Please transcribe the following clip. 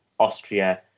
Austria